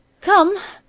come!